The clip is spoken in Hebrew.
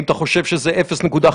האם אתה חושב שזה 0.5?